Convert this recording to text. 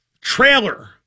trailer